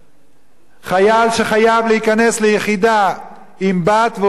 חייל שחייב להיכנס ליחידה עם בת והוא חייל דתי,